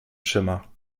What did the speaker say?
schimmer